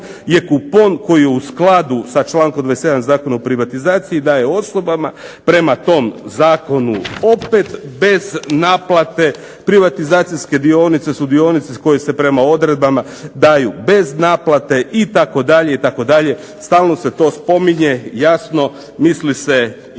je kupon koji je u skladu sa člankom 27. Zakon o privatizaciji i daje osobama prema tom zakonu opet bez naplate. Privatizacijske dionice su dionice koje se prema odredbama daju bez naplate itd. itd. Stalno se to spominje. Jasno, misli se i na